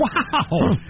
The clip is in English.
Wow